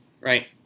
Right